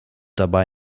dabei